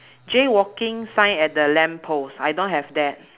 jaywalking sign at the lamp post I don't have that